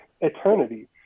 eternity